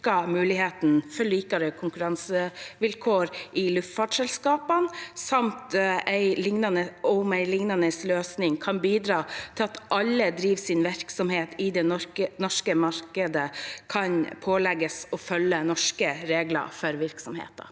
muligheten for likere konkurransevilkår i luftfartsselskaper, samt om en lignende løsning kan bidra til at alle som driver sin virksomhet i det norske markedet, kan pålegges å følge norske regler for virksomheter.